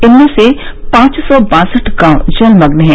इनमें से पांच सौ बासठ गांव जलमग्न है